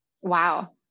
Wow